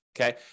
Okay